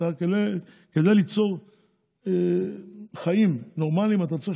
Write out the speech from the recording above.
כדי ליצור חיים נורמליים אתה צריך